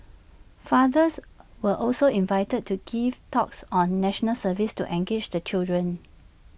fathers were also invited to give talks on National Service to engage the children